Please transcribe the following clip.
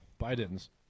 Biden's